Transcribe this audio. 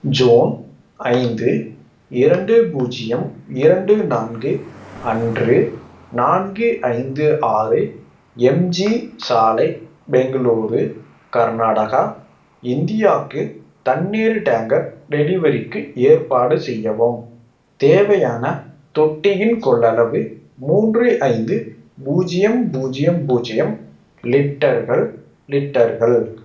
June ஐந்து இரண்டு பூஜ்ஜியம் இரண்டு நான்கு அன்று நான்கு ஐந்து ஆறு எம் ஜி சாலை பெங்களூரு கர்நாடகா இந்தியாவுக்கு தண்ணீர் டேங்கர் டெலிவரிக்கு ஏற்பாடு செய்யவும் தேவையான தொட்டியின் கொள்ளளவு மூன்று ஐந்து பூஜ்ஜியம் பூஜ்ஜியம் பூஜ்ஜியம் லிட்டர்கள் லிட்டர்கள்